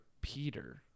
Peter